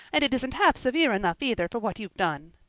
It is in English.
and it isn't half severe enough either for what you've done!